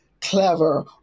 clever